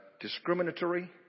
discriminatory